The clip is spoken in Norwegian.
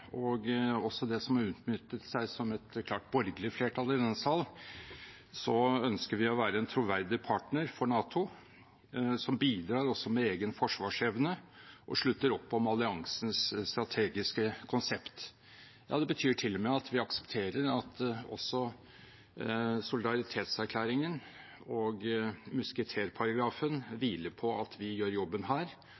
som også har utmyntet seg som et klart borgerlig flertall i denne sal: Vi ønsker å være en troverdig partner for NATO, som også bidrar med egen forsvarsevne og slutter opp om alliansens strategiske konsept. Det betyr til og med at vi aksepterer at også solidaritetserklæringen og musketerparagrafen